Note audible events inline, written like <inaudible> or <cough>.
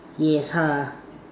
yes <noise>